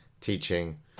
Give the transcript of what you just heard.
teaching